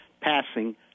passing